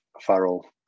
farrell